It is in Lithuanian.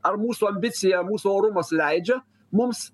ar mūsų ambicija mūsų orumas leidžia mums